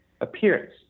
appearance